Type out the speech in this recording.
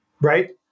right